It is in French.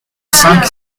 cinq